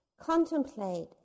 Contemplate